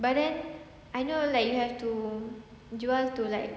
then I know like you have to jual to like